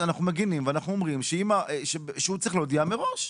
אנחנו מגנים ואנחנו אומרים שהוא צריך להודיע מראש.